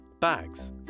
Bags